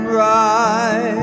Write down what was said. right